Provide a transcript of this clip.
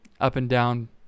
up-and-down